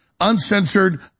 Uncensored